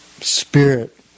spirit